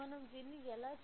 మనం దీన్ని ఎలా చూడగలం